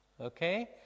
Okay